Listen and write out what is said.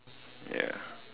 ya